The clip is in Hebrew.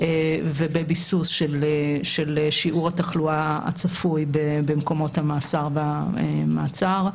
ובביסוס של שיעור התחלואה הצפוי במקומות המאסר והמעצר.